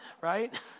right